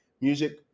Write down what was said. music